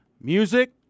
music